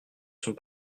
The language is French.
sont